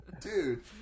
dude